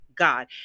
god